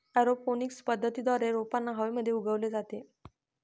aeroponics पद्धतीद्वारे रोपांना हवेमध्ये उगवले जाते